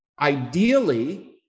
ideally